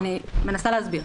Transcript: אני מנסה להסביר.